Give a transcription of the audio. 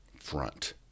front